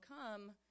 come